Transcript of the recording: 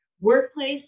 workplace